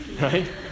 Right